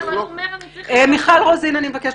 --- אבל הוא אומר: אני צריך --- מיכל רוזין,